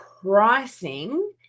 pricing